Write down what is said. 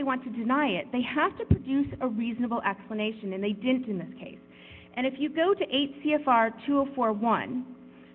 they want to deny it they have to produce a reasonable explanation and they didn't in this case and if you go to eight c f r two of forty one